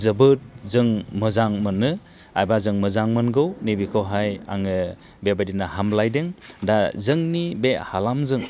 जोबोद जों मोजां मोनो एबा जों मोजां मोनगौ नैबेखौहाय आङो बेबादिनो हामलायदों दा जोंनि बे हालामजों